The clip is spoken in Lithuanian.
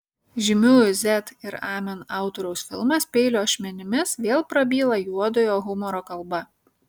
žymiųjų z ir amen autoriaus filmas peilio ašmenimis vėl prabyla juodojo humoro kalba